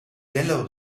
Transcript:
yellow